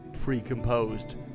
pre-composed